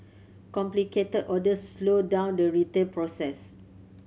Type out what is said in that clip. complicated orders slowed down the retail process